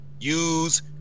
use